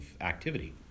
activity